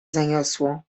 zaniosło